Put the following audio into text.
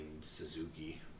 Suzuki